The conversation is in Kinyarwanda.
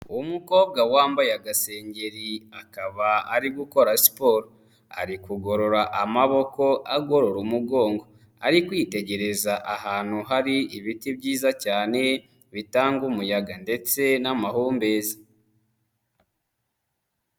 Uwo mu umukobwa wambaye agasengeri, akaba ari gukora siporo, ari kugorora amaboko, agorora umugongo, ari kwitegereza ahantu hari ibiti byiza cyane, bitanga umuyaga ndetse n'amahumbezi.